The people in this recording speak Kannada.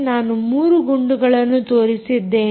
ನಾನು 3 ಗುಂಡುಗಳನ್ನು ತೋರಿಸಿದ್ದೇನೆ